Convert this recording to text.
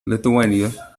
lithuania